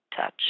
touch